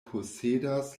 posedas